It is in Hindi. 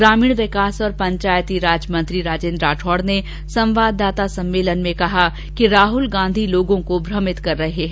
ग्रामीण विकास और पंचायती राज मंत्री राजेन्द्र राठौड़ ने एक पत्रकार वार्ता में कहा कि राहुल गांधी लोगों को भ्रमित कर रहे हैं